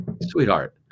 Sweetheart